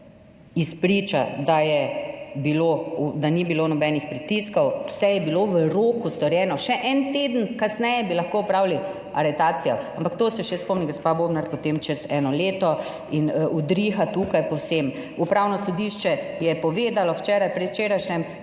je bilo, da ni bilo nobenih pritiskov, vse je bilo v roku storjeno, še en teden kasneje bi lahko opravili aretacijo. Ampak to se še spomnim, gospa Bobnar, potem čez eno leto in udriha tukaj povsem. Upravno sodišče je povedalo včeraj, predvčerajšnjim,